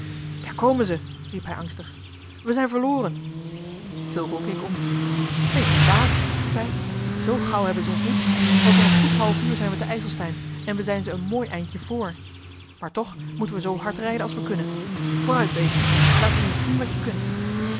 daar komen ze riep hij angstig we zijn verloren fulco keek om ben je dwaas riep hij zoo gauw hebben ze ons niet over een goed half uur zijn we te ijselstein en we zijn ze een mooi eindje vr maar toch moeten we zoo hard rijden als we kunnen vooruit beestje laat nu eens zien wat je kunt